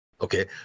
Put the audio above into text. Okay